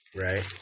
Right